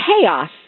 chaos